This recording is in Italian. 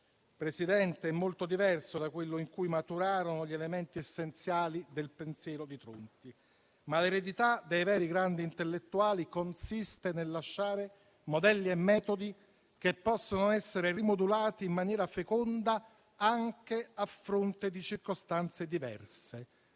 Presidente, è molto diverso da quello in cui maturarono gli elementi essenziali del pensiero di Tronti. Ma l'eredità dei veri grandi intellettuali consiste nel lasciare modelli e metodi che possono essere rimodulati in maniera feconda, anche a fronte di circostanze diverse.